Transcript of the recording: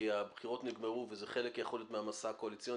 כי הבחירות נגמרו ויכול להיות שזה חלק מהמסע הקואליציוני